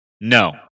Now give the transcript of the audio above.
No